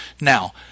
Now